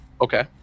Okay